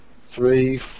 Three